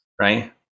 right